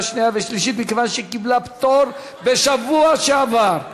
שנייה ושלישית מכיוון שהיא קיבלה פטור בשבוע שעבר.